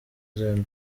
zion